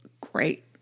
great